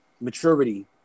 maturity